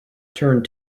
turned